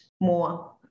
more